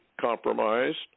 compromised